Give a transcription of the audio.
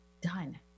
done